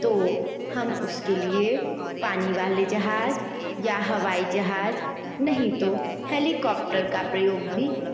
तो हम उसके लिए पानी वाले जहाज या हवाई जहाज नहीं तो हेलीकॉप्टर का प्रयोग भी